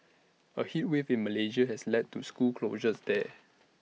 A heat wave in Malaysia has led to school closures there